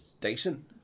Decent